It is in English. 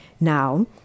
now –